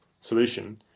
solution